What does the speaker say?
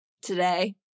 today